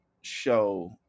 show